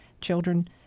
Children